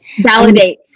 Validate